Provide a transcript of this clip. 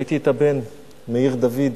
ראיתי את הבן מאיר דוד,